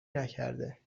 نکرده